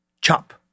Chop